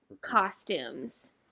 costumes